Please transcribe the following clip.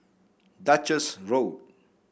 Duchess Road